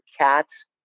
cat's